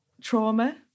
trauma